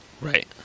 Right